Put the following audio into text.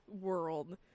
world